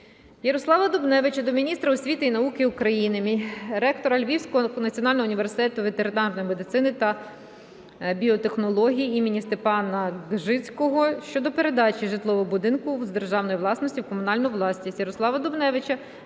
Ярослава Дубневича до міністра освіти і науки України, ректора Львівського національного університету ветеринарної медицини та біотехнологій імені Степана Ґжицького щодо передачі житлового будинку з державної власності в комунальну власність.